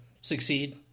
succeed